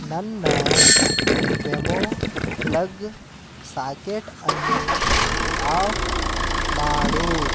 ನನ್ನ Wemo plug socket ಅನ್ನು off ಮಾಡು